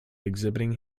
exhibiting